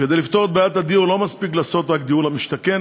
כדי לפתור את בעיית הדיור לא מספיק לעשות רק דיור למשתכן,